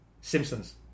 Simpsons